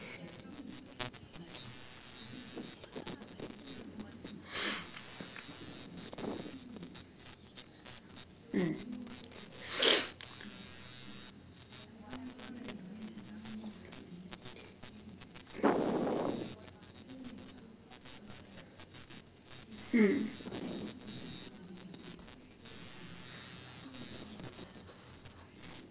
mm mm